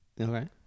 Okay